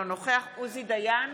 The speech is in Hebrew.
אינו נוכח עוזי דיין,